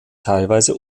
teilweise